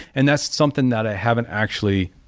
and that's something that i haven't actually,